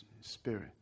Spirit